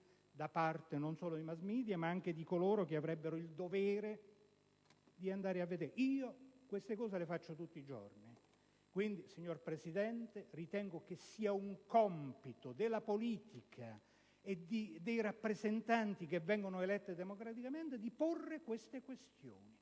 da parte non solo dei *mass media* ma anche di coloro che avrebbero il dovere di andare a vedere. Faccio queste cose tutti i giorni. Quindi, signor Presidente, ritengo che sia un compito della politica e dei rappresentanti eletti democraticamente porre tali questioni.